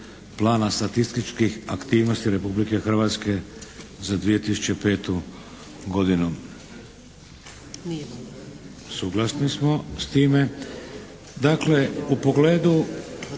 plana statističkih aktivnosti Republike Hrvatske 2005. godine. Suglasni smo s time? Dakle u pogledu